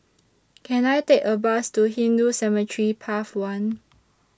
Can I Take A Bus to Hindu Cemetery Path one